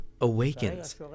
awakens